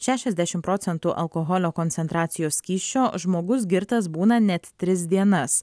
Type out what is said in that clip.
šešiasdešimt procentų alkoholio koncentracijos skysčio žmogus girtas būna net tris dienas